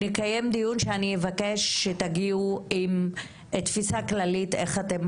נקיים דיון ואני אבקש שתגיעו עם תפיסה כללית איך אתן